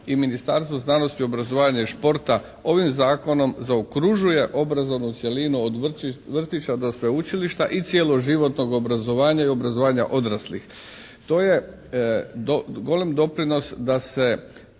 i Ministarstvo znanosti, obrazovanja i športa ovim zakonom zaokružuje obrazovnu cjelinu od vrtića do sveučilišta i cjeloživotnog obrazovanja i obrazovanja odraslih. To je golem doprinos da se